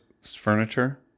furniture